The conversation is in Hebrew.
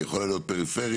היא יכולה להיות פריפריה